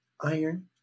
iron